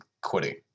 quitting